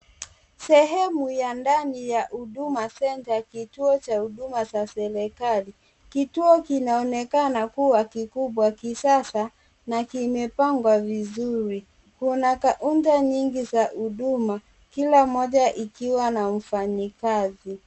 Sehemu ya ndani ya Huduma Center , kituo cha huduma za serikali. Kituo kinaonekana kuwa kikubwa kisasa na kimepangwa vizuri. Kuna kaunta nyingi za huduma, kila moja ikiwa na mfanyikazi.